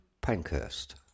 Pankhurst